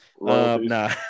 Nah